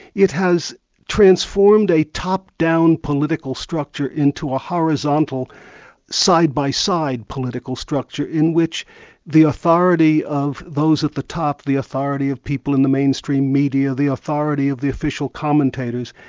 it has transformed a top-down political structure into a horizontal side-by-side political structure, in which the authority of those at the top, the authority of people in the mainstream media, the authority of the official commentators,